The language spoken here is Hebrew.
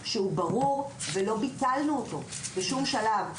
שהוא ברור ולא ביטלנו אותו בשום שלב.